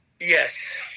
Yes